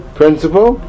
principle